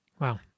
Wow